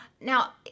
now